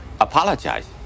Apologize